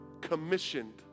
commissioned